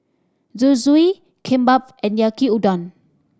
Zosui Kimbap and Yaki Udon